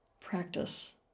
practice